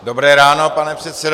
Dobré ráno, pane předsedo.